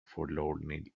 forlornly